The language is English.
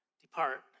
Depart